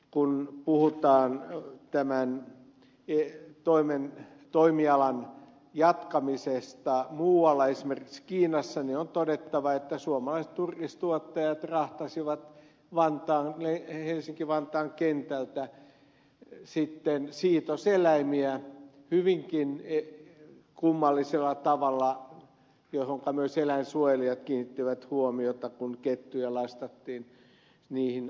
kun puhutaan tämän toimialan jatkamisesta muualla esimerkiksi kiinassa on todettava että suomalaiset turkistuottajat rahtasivat helsinki vantaan kentältä siitoseläimiä hyvinkin kummallisella tavalla mihinkä myös eläinsuojelijat kiinnittivät huomiota kun kettuja lastattiin lentokoneisiin